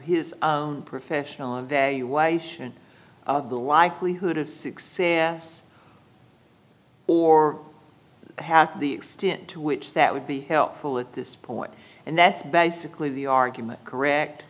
his own professional evaluation of the likelihood of success or have the extent to which that would be helpful at this point and that's basically the argument correct